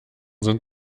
sind